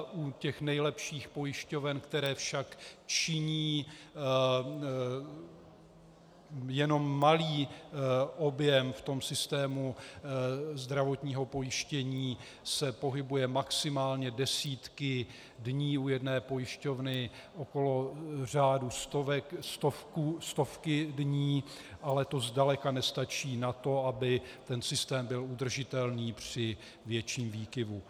U těch nejlepších pojišťoven, které však činí jenom malý objem v systému zdravotního pojištění, se pohybuje maximálně desítky dní u jedné pojišťovny, okolo řádu stovky dní, ale to zdaleka nestačí na to, aby ten systém byl udržitelný při větším výkyvu.